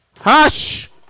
Hush